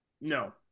No